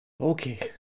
Okay